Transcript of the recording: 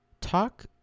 talk